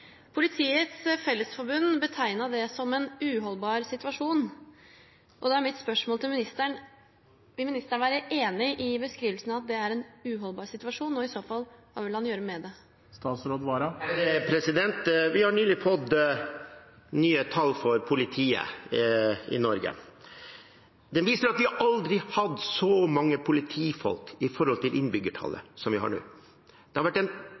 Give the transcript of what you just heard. Politiets Fellesforbund betegnet det som en uholdbar situasjon. Da er mitt spørsmål til ministeren: Vil ministeren være enig i beskrivelsen av at det er en uholdbar situasjon? Og i så fall: Hva vil han gjøre med det? Vi har nylig fått nye tall for politiet i Norge. De viser at vi aldri har hatt så mange politifolk i forhold til innbyggertallet som vi har nå. Det har vært en